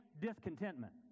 discontentment